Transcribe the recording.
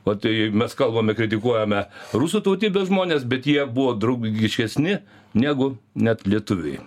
o tai mes kalbame kritikuojame rusų tautybės žmones bet jie buvo draugiškesni negu net lietuviai